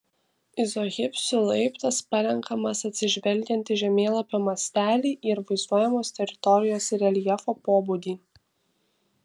izohipsių laiptas parenkamas atsižvelgiant į žemėlapio mastelį ir vaizduojamos teritorijos reljefo pobūdį